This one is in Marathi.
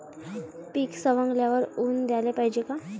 पीक सवंगल्यावर ऊन द्याले पायजे का?